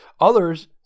Others